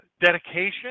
dedication